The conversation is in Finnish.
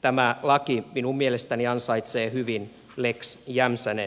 tämä laki minun mielestäni ansaitsee hyvin lex jämsänen nimen